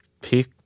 pick